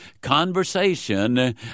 Conversation